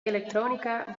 elektronica